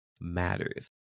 matters